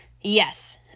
yes